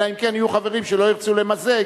אלא אם כן יהיו חברים שלא ירצו למזג,